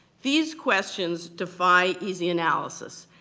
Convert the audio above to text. these questions defy easy analysis,